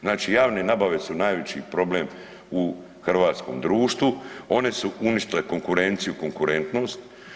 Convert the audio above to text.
Znači javne nabave su najveći problem u hrvatskom društvu, one su uništile konkurenciju i konkurentnost.